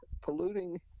polluting